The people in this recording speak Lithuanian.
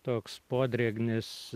toks podrėgnis